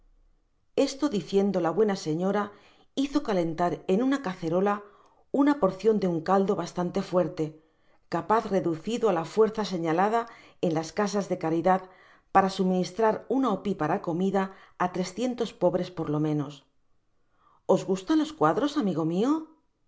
esto diciendo la buena señora hizo calentar en una caserola una porcion de un caldo bastante fuerte capaz reducido á la fuerza señalada en las casas de caridad para suministrar una opipara comida á trescientos pobres por lo menos i os gnstan los cuadros amigo mio